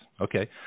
okay